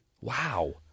Wow